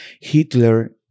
Hitler